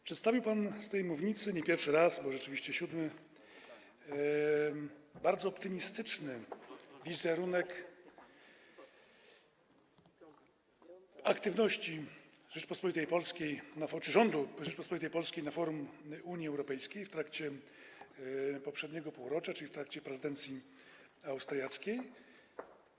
Przedstawił pan z tej mównicy, nie pierwszy raz, bo rzeczywiście siódmy, bardzo optymistyczny wizerunek aktywności Rzeczypospolitej Polskiej, rządu Rzeczypospolitej Polskiej na forum Unii Europejskiej w trakcie poprzedniego półrocza, czyli w trakcie prezydencji austriackiej.